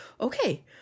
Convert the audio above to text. Okay